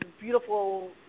beautiful